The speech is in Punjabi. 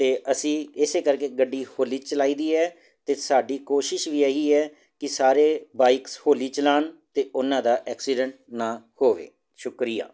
ਅਤੇ ਅਸੀਂ ਇਸੇ ਕਰਕੇ ਗੱਡੀ ਹੌਲੀ ਚਲਾਈ ਦੀ ਹੈ ਅਤੇ ਸਾਡੀ ਕੋਸ਼ਿਸ਼ ਵੀ ਇਹ ਹੀ ਹੈ ਕਿ ਸਾਰੇ ਬਾਈਕਸ ਹੌਲੀ ਚਲਾਉਣ ਅਤੇ ਉਹਨਾਂ ਦਾ ਐਕਸੀਡੈਂਟ ਨਾ ਹੋਵੇ ਸ਼ੁਕਰੀਆ